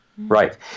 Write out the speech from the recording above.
Right